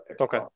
Okay